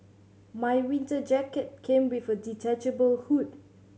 my winter jacket came with a detachable hood